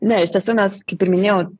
ne iš tiesų mes kaip ir minėjau